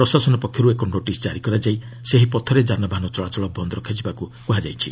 ପ୍ରଶାସନ ପକ୍ଷରୁ ଏକ ନୋଟିସ୍ ଜାରି କରାଯାଇ ସେହି ପଥରେ ଯାନବାହନ ଚଳାଚଳ ବନ୍ଦ୍ ରଖାଯିବାକୁ କୁହାଯାଇଛି